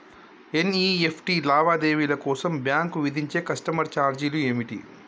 NEFT లావాదేవీల కోసం bank విధించే కస్టమర్ ఛార్జీలు ఏమిటి?